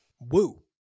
Woo